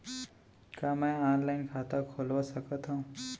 का मैं ऑनलाइन खाता खोलवा सकथव?